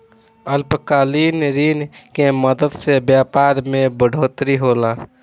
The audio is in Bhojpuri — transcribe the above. अल्पकालिक ऋण के मदद से व्यापार मे बढ़ोतरी होला